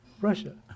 Russia